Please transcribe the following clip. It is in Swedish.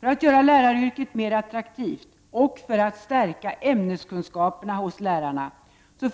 För att göra läraryrket mer attraktivt och för att stärka ämneskunskaperna hos lärarna,